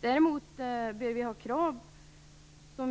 Däremot bör